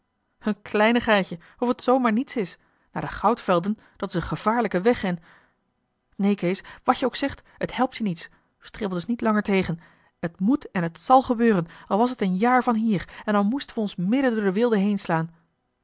een kleinigheidje of het zoo maar niets is naar de goudvelden dat is een gevaarlijke weg en neen kees wat je ook zegt het helpt je niets stribbel dus niet langer tegen het moet en het zal gebeuren al was het een jaar van hier en al moesten we ons midden door de